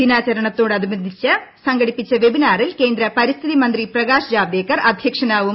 ദിനാചരണത്തോടനുബന്ധിച്ചു സംഘടിപ്പിക്കുന്ന വെബിനാറിൽ കേന്ദ്ര പരിസ്ഥിതി മന്ത്യൂ പ്രകാശ് ജാവ്ദേക്കർ അദ്ധ്യക്ഷനാവും